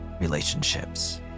relationships